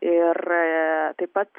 ir taip pat